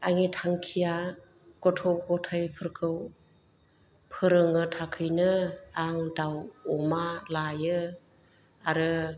आंनि थांखिया गथ' गथाइफोरखौ फोरोंनो थाखायनो आं दाउ अमा लायो आरो